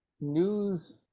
news